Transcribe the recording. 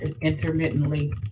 intermittently